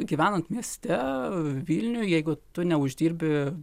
gyvenant mieste vilniuj jeigu tu neuždirbi